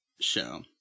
show